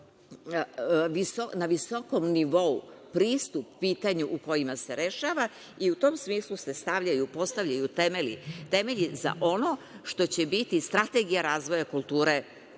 na visokom nivou pristup pitanjima koja se rešavaju. U tom smislu se postavljaju temelji za ono što će biti strategija razvoja kulture